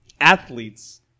athletes